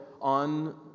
on